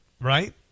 Right